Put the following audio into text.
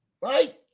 right